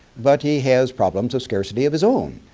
but he has problems of scarcity of his own.